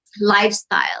lifestyle